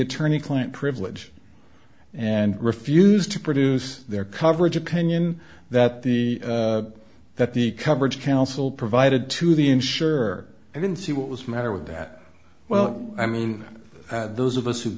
attorney client privilege and refused to produce their coverage opinion that the that the coverage counsel provided to the insured i didn't see what was the matter with that well i mean those of us who